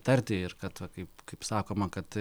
tarti ir kad va kaip kaip sakoma kad